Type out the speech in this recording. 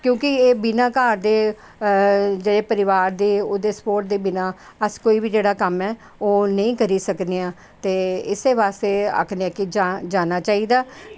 क्योंकि एह् बिना घर दे परिवार दे स्पोर्ट दे बिना अस कोई बी जेह्ड़ा कम्म ऐ ओह् नेईं करी सकने आं ते इस्सै बास्तै की जाना चाहिदा